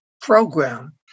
program